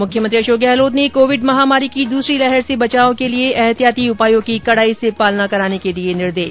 मुख्यमंत्री अशोक गहलोत ने कोविड महामारी की दूसरी लहर से बचाव के लिए एहतियाती उपायों की कड़ाई से पालना कराने के दिए निर्देश